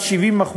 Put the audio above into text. עד 70%,